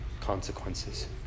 consequences